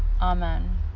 amen